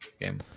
Game